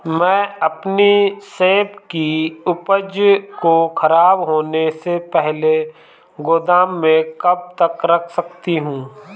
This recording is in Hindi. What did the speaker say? मैं अपनी सेब की उपज को ख़राब होने से पहले गोदाम में कब तक रख सकती हूँ?